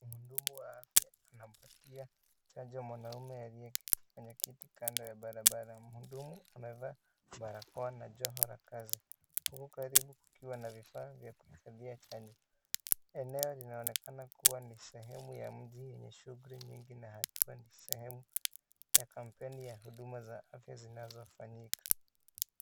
Wahudumu wa afya wanampatia chanjo mwanaume ambaye aliyeketi kwenye kiti kando ya barabara, mhudumu amevaa barakoa na jihonla kazi ,huko karibu kukiwa na vifaa vya kuhifadhia chanjo. Eneo linaonekana kuwa ni sehemu na mji yenye shughuli nyingi na hatua ni sehemu ya kampeni ya huduma za afya zinazofanyika.